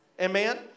Amen